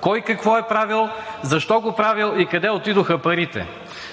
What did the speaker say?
кой какво е правил, защо го е правил и къде отидоха парите?